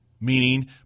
meaning